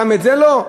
גם את זה לא?